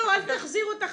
אל תחזיר אותה.